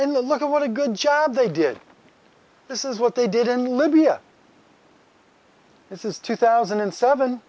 and a look at what a good job they did this is what they did in libya this is two thousand and seven